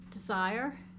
desire